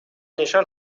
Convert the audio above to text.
نشان